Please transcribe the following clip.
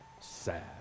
sad